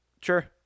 sure